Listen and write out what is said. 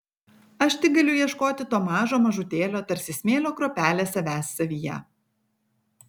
aš tik galiu ieškoti to mažo mažutėlio tarsi smėlio kruopelė savęs savyje